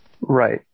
Right